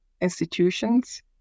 institutions